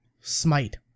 Smite